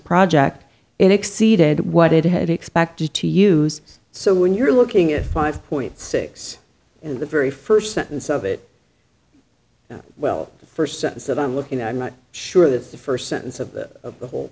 project it exceeded what it had expected to use so when you're looking at five point six in the very first sentence of it well first sentence that i'm looking i'm not sure that the first sentence of the